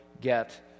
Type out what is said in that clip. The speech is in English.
get